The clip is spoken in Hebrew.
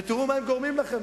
תראו מה הם גורמים לכם,